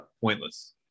pointless